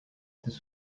this